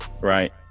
Right